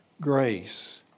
grace